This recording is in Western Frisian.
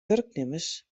wurknimmers